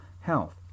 health